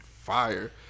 fire